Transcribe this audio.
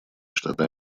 штаты